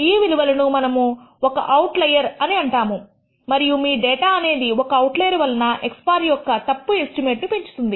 ఈ విలువలను మనము ఒక అవుట్లయర్ అని అంటాము మరియు మీ డేటా అనేది ఒక అవుట్లయర్ వలన x̅ యొక్క తప్పు ఎస్టిమేట్ ను పెంచుతుంది